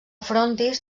frontis